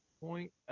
point